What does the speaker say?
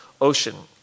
ocean